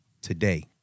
Today